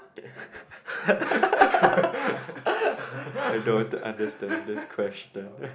I don't understand this question